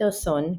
פיטר סון,